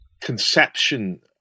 conception